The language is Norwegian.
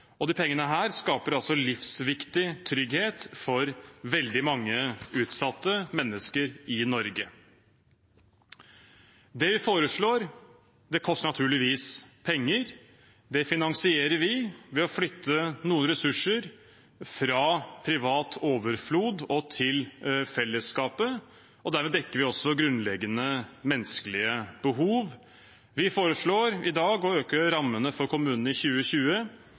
av de kommunale krisesentrene. Dette er penger som vi – som eneste parti, så vidt jeg vet – satte av i vårt alternative budsjett for inneværende år, og disse pengene skaper livsviktig trygghet for veldig mange utsatte mennesker i Norge. Det vi foreslår – det koster naturligvis penger – finansierer vi ved å flytte noen ressurser fra privat overflod over til fellesskapet, og derved dekker